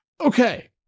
Okay